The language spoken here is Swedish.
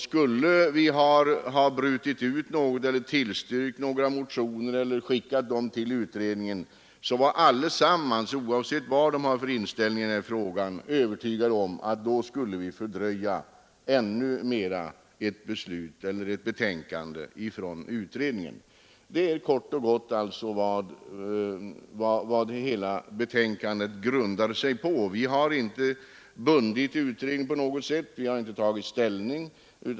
Alla i utskottet — oavsett vilken inställning vi har i den här frågan — var övertygade om att vi skulle fördröja ett betänkande från utredningen ännu mer om vi skulle ha brutit ut något, tillstyrkt några motionsyrkanden eller vidarebefordrat motioner till utredningen. Detta är kort och gott vad hela utskottsbetänkandet grundar sig på. Vi har inte bundit utredningen på något sätt, vi har inte tagit ställning.